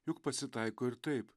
juk pasitaiko ir taip